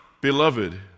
Beloved